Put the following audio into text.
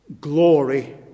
glory